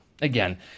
again